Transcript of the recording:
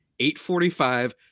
845